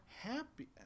happy